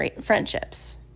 friendships